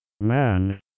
Man